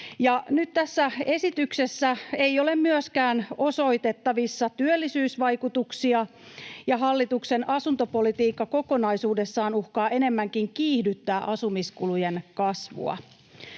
tässä esityksessä ei ole myöskään osoitettavissa työllisyysvaikutuksia, ja hallituksen asuntopolitiikka kokonaisuudessaan uhkaa enemmänkin kiihdyttää asumiskulujen kasvua.